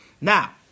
Now